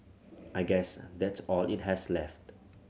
I guess that's all it has left